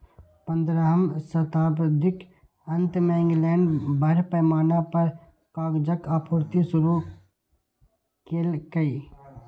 पंद्रहम शताब्दीक अंत मे इंग्लैंड बड़ पैमाना पर कागजक आपूर्ति शुरू केलकै